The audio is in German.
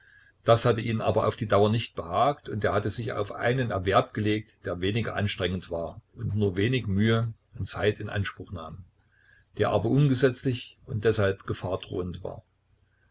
das hatte ihm aber auf die dauer nicht behagt und er hatte sich auf einen erwerb gelegt der wenig anstrengend war und nur wenig mühe und zeit in anspruch nahm der aber ungesetzlich und deshalb gefahrdrohend war